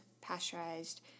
pasteurized